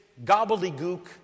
gobbledygook